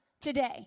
today